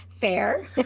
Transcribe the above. Fair